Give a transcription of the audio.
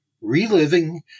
Reliving